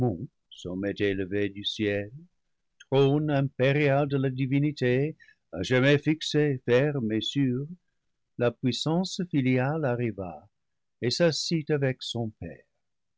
élevé du ciel trône impérial de la divinité à jamais fixé ferme et sûr la puissance filiale arriva et s'assit avec son père